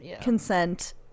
consent